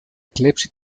κλέψει